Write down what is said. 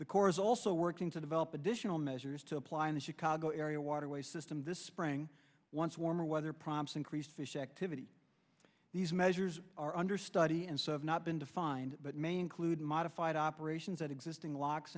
is also working to develop additional measures to apply in the chicago area waterway system this spring once warmer weather prompts increased fish activity these measures are under study and so have not been defined but main clude modified operations at existing locks